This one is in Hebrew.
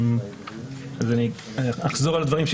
אני אחזור על הדברים.